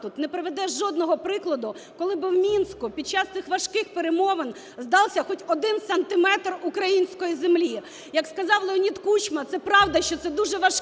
не приведе жодного прикладу, коли би в Мінську під час цих важких перемовин здався хоч один сантиметр української землі. Як сказав Леонід Кучма, це правда, що це дуже важкі